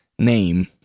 name